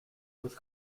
with